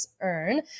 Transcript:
Earn